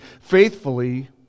faithfully